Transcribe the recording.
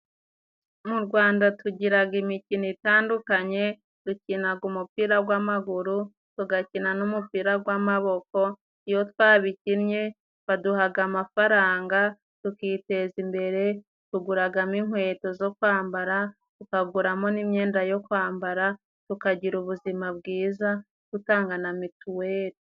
Mu Rwanda tugiraga imikino itandukanye, dukinaga umupira gw'amaguru tugakina n'umupira gw'amaboko, iyo twabikinnye baduhaga amafaranga tukiteza imbere tuguragamo inkweto zo kwambara, tukaguramo n'imyenda yo kwambara tukagira ubuzima bwiza dutanga na mituweli.